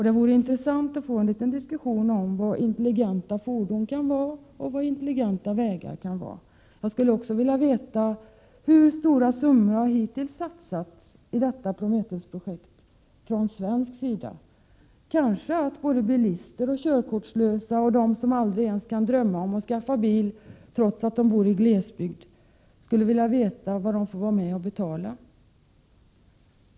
Det vore intressant att få en liten diskussion om vad intelligenta fordon och intelligenta vägar kan vara. Jag skulle också vilja veta hur stora summor som hittills har satsats från svensk sida i Prometheus-projektet. Kanske både bilister, körkortslösa och de som aldrig ens kan drömma om att skaffa bil trots att de bor i glesbygd skulle vilja veta vad de får vara med och betala.